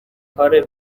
کار